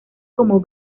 como